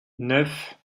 neuf